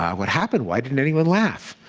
what happened? why didn't anyone laugh?